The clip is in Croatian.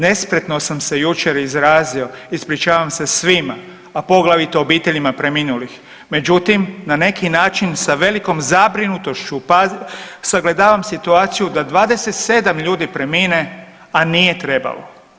Nespretno sam se jučer izrazio, ispričavam se svima, a poglavito obiteljima preminulih, međutim, na neki način sa velikom zabrinutošću sagledavam situaciju da 27 ljudi premine, a nije trebalo.